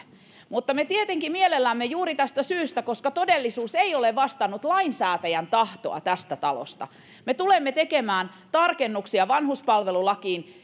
mutta me tietenkin mielellämme juuri tästä syystä että todellisuus ei ole vastannut lainsäätäjän tahtoa tästä talosta tulemme tekemään tarkennuksia vanhuspalvelulakiin